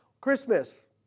Christmas